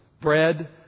bread